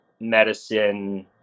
medicine